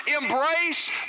Embrace